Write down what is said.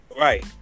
Right